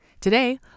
Today